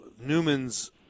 Newman's